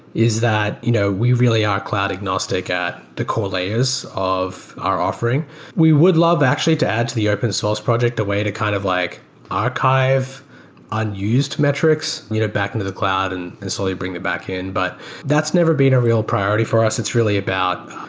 is that you know we really are cloud agnostic at the core layers of our offering we would love actually to add to the open source project a way to kind of like archive unused metrics you know back into the cloud and and slowly bring it back in, but that's never been a real priority for us. it's really about